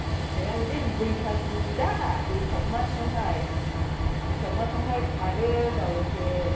जाया बिदि बैसागु दा बैसाग मासआवहाय बैसाग मासआवहाय खादो जावैदो